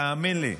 תאמין לי.